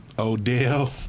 Odell